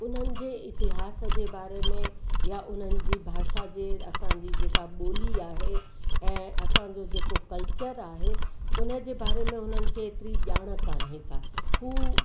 उन्हनि जे इतिहास में बारे में या उन्हनि जी भाषा जे असांजी जेका ॿोली आहे ऐं असांजो जेको कल्चर आहे उन जे बारे में हुननि खे एतिरी ॼाण काने का हू